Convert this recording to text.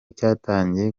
cyatangiye